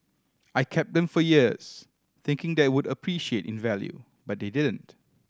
I kept them for years thinking that they would appreciate in value but they didn't